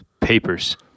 papers